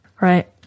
right